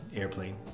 airplane